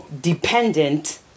dependent